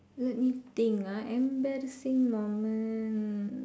let met think ah embarrassing moment